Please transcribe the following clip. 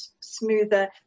smoother